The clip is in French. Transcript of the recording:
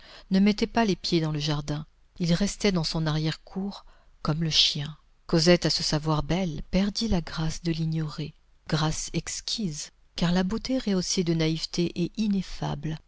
ne mettait pas les pieds dans le jardin il restait dans son arrière-cour comme le chien cosette à se savoir belle perdit la grâce de l'ignorer grâce exquise car la beauté rehaussée de naïveté est ineffable